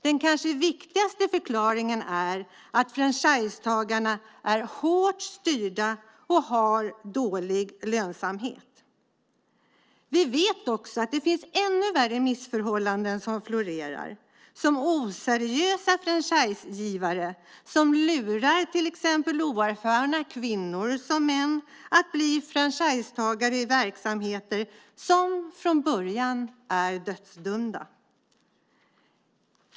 Den kanske viktigaste förklaringen är att franchisetagarna är hårt styrda och har dålig lönsamhet. Vi vet också att det finns ännu värre missförhållanden som florerar, till exempel oseriösa franchisegivare som lurar oerfarna kvinnor och män att bli franchisetagare i verksamheter som från början är dödsdömda.